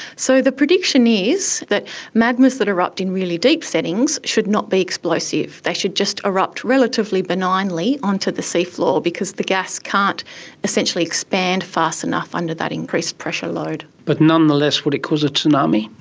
so the prediction is that magmas that erupt in really deep settings should not be explosive, they should just erupt relatively benignly onto the seafloor because the gas can't essentially expand fast enough under that increased pressure load. but nonetheless would it cause a tsunami?